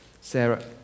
Sarah